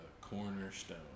cornerstone